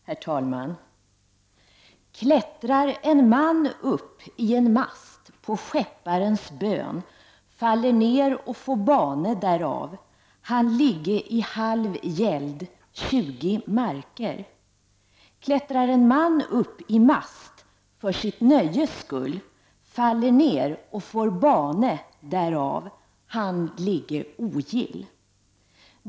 Herr talman! Klättrar en man upp i en mast på skepparens bön, faller ner och får bane därav, han ligge i halv gäld, 20 marker. Klättrar en man upp i mast för sitt nöjes skull, faller ner och får bane därav, han ligge ogill.